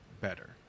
better